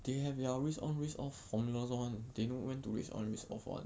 they have their risk on risk off formulas [one]